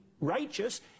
righteous